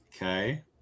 Okay